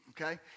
okay